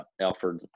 Alfred